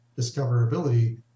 discoverability